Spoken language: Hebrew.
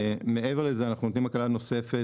מעבר לזה אנחנו נותנים הקלה נוספת